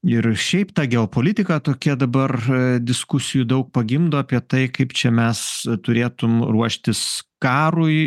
ir šiaip ta geopolitika tokia dabar diskusijų daug pagimdo apie tai kaip čia mes turėtum ruoštis karui